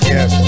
Yes